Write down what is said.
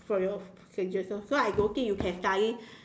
from your plastic surgeon so so I don't think you can study